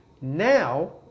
Now